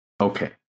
Okay